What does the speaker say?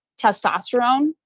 testosterone